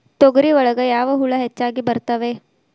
ತೊಗರಿ ಒಳಗ ಯಾವ ಹುಳ ಹೆಚ್ಚಾಗಿ ಬರ್ತವೆ?